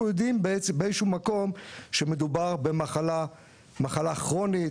יודעים באיזשהו מקום שמדובר במחלה כרונית,